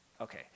Okay